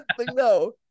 No